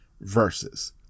versus